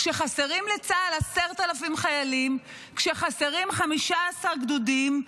כשחסרים לצה"ל 10,000 חיילים, כשחסרים 15 גדודים,